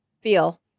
Feel